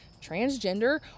transgender